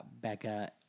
Becca